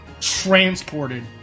transported